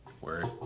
word